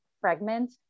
fragment